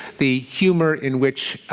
the humour in which